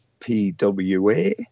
PWA